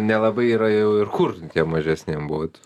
nelabai yra jau ir kur tiem mažesniem būt